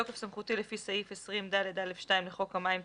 בתוקף סמכותי לפי סעיף 20ד(א)(2ׂׂ) לחוק המים,